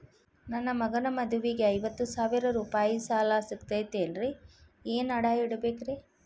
ನನ್ನ ಮಗನ ಮದುವಿಗೆ ಐವತ್ತು ಸಾವಿರ ರೂಪಾಯಿ ಸಾಲ ಸಿಗತೈತೇನ್ರೇ ಏನ್ ಅಡ ಇಡಬೇಕ್ರಿ?